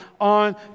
on